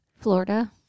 florida